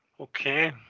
okay